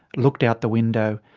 looked out the window,